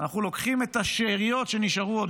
אנחנו לוקחים את השאריות שנשארו עוד